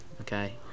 Okay